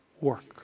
work